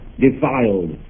defiled